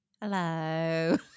Hello